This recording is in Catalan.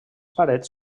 parets